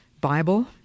Bible